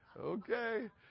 okay